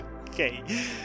Okay